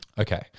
Okay